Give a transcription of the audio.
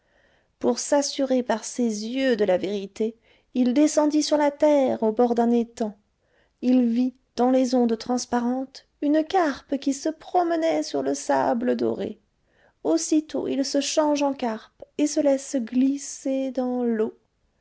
pour s'assurer par ses yeux de la vérité il descendit sur la terre au bord d'un étang il vit dans les ondes transparentes une carpe qui se promenait sur le sable doré aussitôt il se change en carpe et se laisse glisser dans l'eau